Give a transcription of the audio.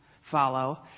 follow